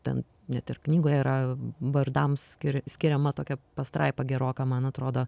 ten net ir knygoj yra vardams ski skiriama tokia pastraipa geroka man atrodo